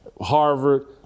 harvard